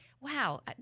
Wow